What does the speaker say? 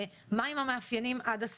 מהם המאפיינים עד הסוף?